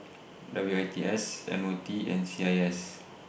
W I T S M O T and C I S